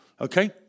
Okay